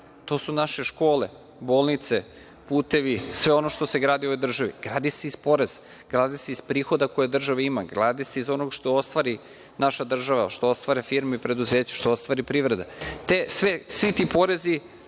to su naše škole, bolnice, putevi, sve ono što se gradi u ovoj državi gradi se iz poreza, gradi se iz prihoda koje država ima, gradi se iz onog što ostvari naša država, što ostvare firme i preduzeća, što ostvari privreda. Svi ti porezi